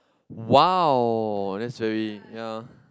!wow! that's very ya